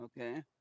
Okay